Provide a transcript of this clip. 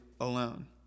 alone